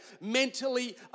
mentally